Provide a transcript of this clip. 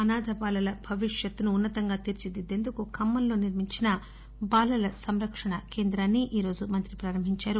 అనాధ బాలల భవిష్యత్తును ఉన్న తంగా తీర్పిదిద్దేందుకు ఖమ్మంలో నిర్మించిన బాలల సంరక్షణ కేంద్రాన్సి ఈరోజు మంత్రి ప్రారంభించారు